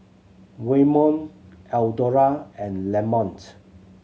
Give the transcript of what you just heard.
Waymon Eldora and Lamont